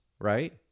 right